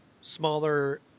smaller